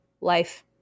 life